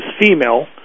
female